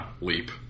leap